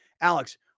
Alex